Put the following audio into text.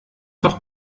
noch